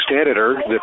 editor